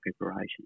preparation